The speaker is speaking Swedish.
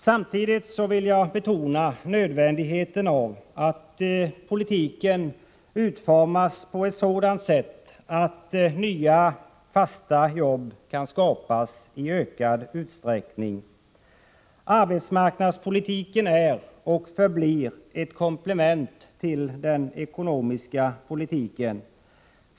Samtidigt vill jag betona nödvändigheten av att politiken utformas på ett sådant sätt att nya, fasta jobb kan skapas i ökad utsträckning. Arbetsmarknadspolitiken är och förblir ett komplement till den ekonomiska politiken.